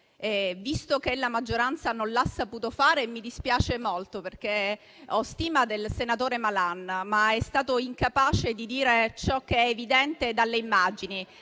visto che la maggioranza non l'ha saputo fare e mi dispiace molto, perché ho stima del senatore Malan, ma è stato incapace di dire ciò che è evidente dalle immagini,